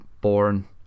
born